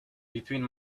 between